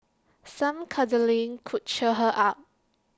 some cuddling could cheer her up